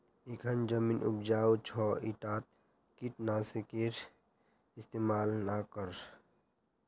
इखन जमीन उपजाऊ छ ईटात कीट नाशकेर इस्तमाल ना कर